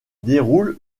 déroule